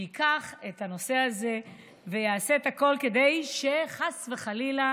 שייקח את הנושא הזה ויעשה את הכול כדי שחס וחלילה